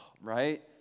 right